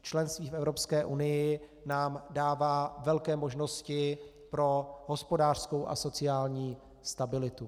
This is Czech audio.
Členství v Evropské unii nám dává velké možnosti pro hospodářskou a sociální stabilitu.